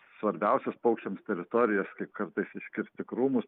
svarbiausias paukščiams teritorijas kartais iškirsti krūmus